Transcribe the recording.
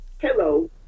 Hello